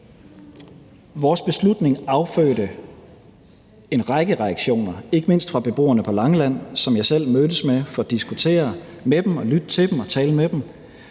Vores beslutning affødte en række reaktioner, ikke mindst fra beboerne på Langeland, som jeg selv mødtes med for at diskutere med dem og lytte til dem og tale med dem.